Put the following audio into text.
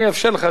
אני אאפשר לך.